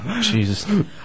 Jesus